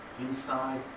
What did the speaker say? inside